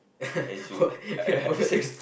as you